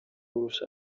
urusha